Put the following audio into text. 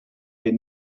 les